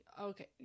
Okay